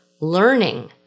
learning